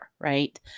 right